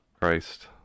Christ